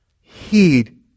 heed